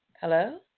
Hello